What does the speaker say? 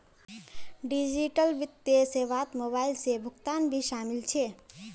digital वित्तीय सेवात mobile से भुगतान भी शामिल छे